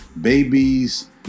babies